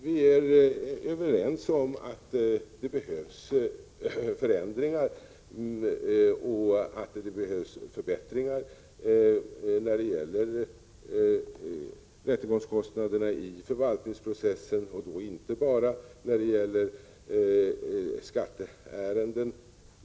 Vi är överens om att det behövs förändringar och förbättringar vad gäller rättegångskostnaderna i förvaltningsprocessen, och då inte bara i skatteärenden.